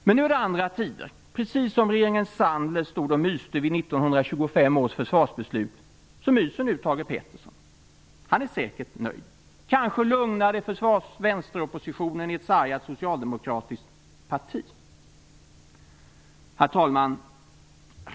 Men nu är det andra tider. Precis som regeringen Sandler stod och myste vid 1925 års försvarsbeslut myser nu Thage G Peterson. Han är säkert nöjd. Kanske lugnar det vänsteroppositionen i ett sargat socialdemokratiskt parti. Herr talman!